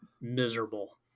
miserable